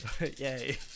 Yay